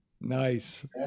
Nice